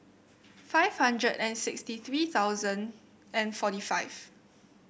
five hundred and sixty three thousand and forty five